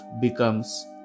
becomes